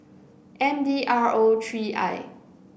M D R O three I